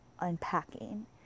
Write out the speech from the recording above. Unpacking